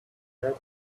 ahead